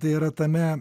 tai yra tame